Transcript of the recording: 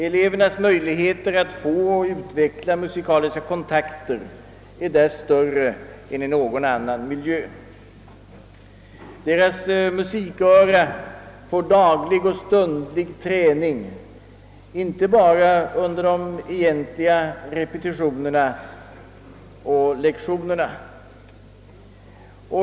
Elevernas möjligheter att få och utveckla musikaliska kontakter är där större än i någon annan miljö. Deras musiköra får daglig och stundlig träning inte bara under de egentliga repetitionerna och lektionerna.